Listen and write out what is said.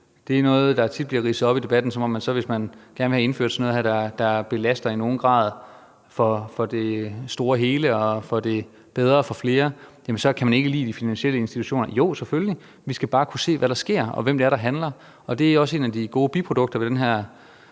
det onde. Det bliver tit ridset op i debatten, at man, hvis man gerne vil have indført sådan noget her, der belaster i nogen grad til gavn for det store hele og til gavn for flere, så ikke kan lide de finansielle institutioner. Jo, selvfølgelig, men vi skal bare kunne se, hvad der sker, og hvem det er, der handler. Og det er også et af de gode biprodukter ved det her